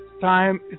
time